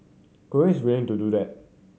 Korea is willing to do that